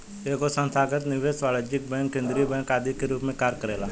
एगो संस्थागत निवेशक वाणिज्यिक बैंक केंद्रीय बैंक आदि के रूप में कार्य करेला